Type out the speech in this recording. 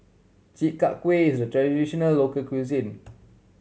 Chi Kak Kuih is a traditional local cuisine